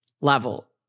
level